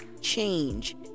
change